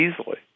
easily